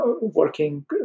working